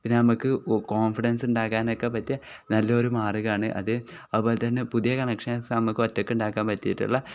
പിന്നെ നമുക്ക് കോൺഫിഡൻസ് ഉണ്ടാക്കാൻ ഒക്കെ പറ്റിയ നല്ലൊരു മാർഗമാണ് അത് അതുപോലെ തന്നെ പുതിയ കണക്ഷൻസ് നമുക്ക് ഒറ്റയ്ക്ക് ഉണ്ടാക്കാൻ പറ്റിയിട്ടുള്ള